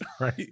right